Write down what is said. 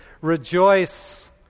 rejoice